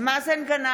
(קוראת בשמות חברי הכנסת) מאזן גנאים,